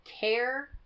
care